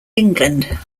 england